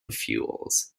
fuels